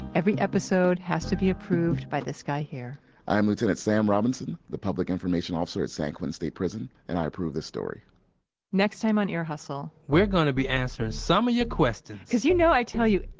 every episode has to be approved by this guy here i am lieutenant sam robinson, the public information officer at san quentin state prison, and i approve this story next time on ear hustle. we're gonna be answering some of your questions cause you know. i tell you.